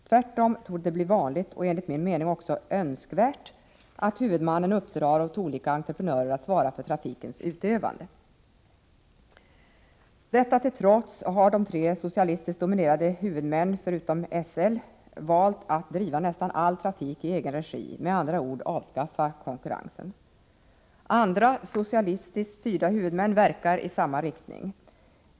Tvärtom torde det bli vanligt — och enligt min mening också önskvärt — att huvudmannen uppdrar åt olika entreprenörer att svara för trafikens utövande.” Detta uttalande till trots har tre socialistiskt dominerade huvudmän förutom SL valt att driva nästan all trafik i egen regi, med andra ord avskaffa konkurrensen. Andra socialistiskt styrda huvudmän verkar i samma riktning.